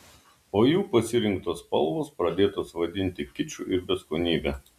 o jų pasirinktos spalvos pradėtos vadinti kiču ir beskonybe